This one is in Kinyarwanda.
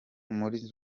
muri